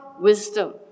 wisdom